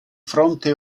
fronte